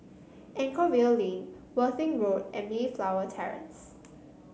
Anchorvale Lane Worthing Road and Mayflower Terrace